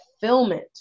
fulfillment